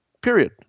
Period